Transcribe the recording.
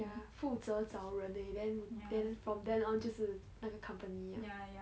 ya 负责找人而已 then then from then on 就是那个 company liao